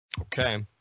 okay